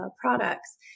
products